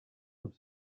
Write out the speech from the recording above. und